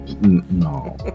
no